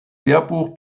lehrbuch